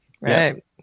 Right